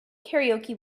karaoke